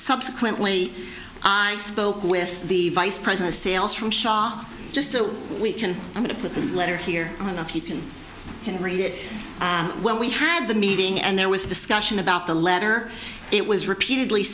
subsequently i spoke with the vice president sales from sha just so we can i'm going to put this letter here on and off you can can read it when we had the meeting and there was a discussion about the letter it was repeatedly